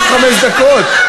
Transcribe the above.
עוד חמש דקות.